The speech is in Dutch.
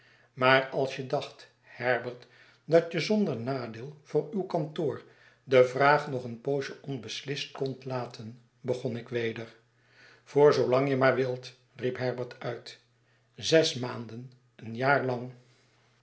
maar als je dacht herbert dat je zonder nadeel voor uw kantoor de vraag nog een poosje onbeslist kondt laten begon ik weder voor zoo lang je maar wilt riep herbert nit zes maanden een jaar lang